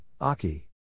Aki